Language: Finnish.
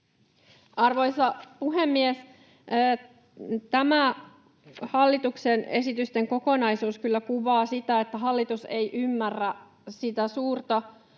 Arvoisa puhemies! Tämä hallituksen esitysten kokonaisuus kyllä kuvaa sitä, että hallitus ei ymmärrä sitä suurta